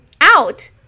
out